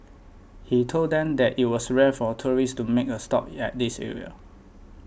he told them that it was rare for tourists to make a stop yet this area